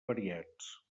variats